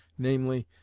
namely,